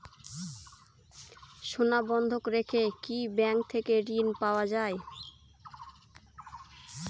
সোনা বন্ধক রেখে কি ব্যাংক থেকে ঋণ পাওয়া য়ায়?